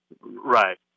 Right